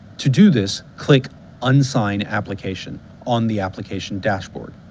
to do this click un-sign application on the application dashboard.